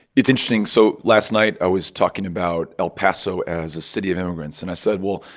it's interesting. so last night i was talking about el paso as a city of immigrants, and i said, well,